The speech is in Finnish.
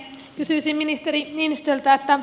kysyisin ministeri niinistöltä